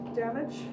damage